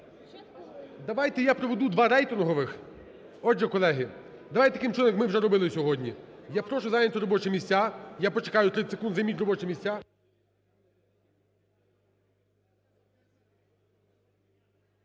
Давайте я проведу два рейтингових. Отже, колеги, давайте таким чином, як ми вже робили сьогодні. Я прошу зайняти робочі місця. Я почекаю 30 секунд, займіть робочі місця.